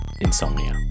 Insomnia